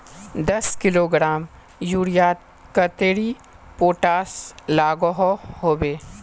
दस किलोग्राम यूरियात कतेरी पोटास लागोहो होबे?